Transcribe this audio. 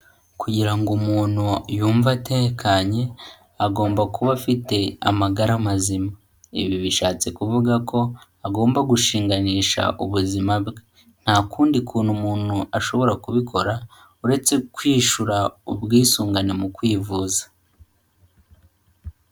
Kugira ngo umuntu yumve atekanye, agomba kuba afite amagara mazima. Ibi bishatse kuvuga ko agomba gushinganisha ubuzima bwe. Nta kundi kuntu umuntu ashobora kubikora, uretse kwishura ubwisungane mu kwivuza.